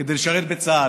כדי לשרת בצה"ל.